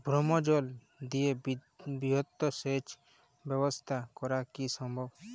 ভৌমজল দিয়ে বৃহৎ সেচ ব্যবস্থা করা কি সম্ভব?